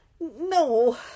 No